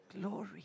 Glory